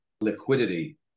liquidity